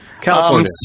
California